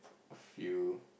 a few